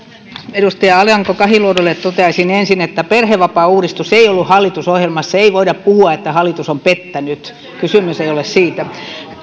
edustaja alanko kahiluodolle toteaisin ensin että perhevapaauudistus ei ollut hallitusohjelmassa ei voida puhua että hallitus on pettänyt kysymys ei ole siitä